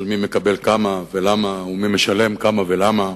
של מי מקבל כמה ולמה ומי משלם כמה ולמה.